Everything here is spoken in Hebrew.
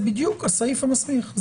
זה בדיוק הסעיף המסמיך.